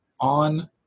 on